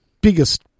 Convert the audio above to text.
biggest